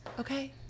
Okay